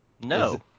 No